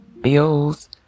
bills